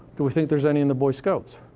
do we think there's any in the boy scouts?